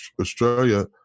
australia